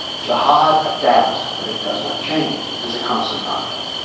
jihad adapts but it does not change, it is a constant doctrine.